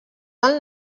del